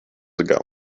ago